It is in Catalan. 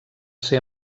ser